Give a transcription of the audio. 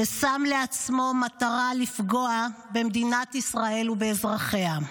ששם לעצמו מטרה לפגוע במדינת ישראל ובאזרחיה.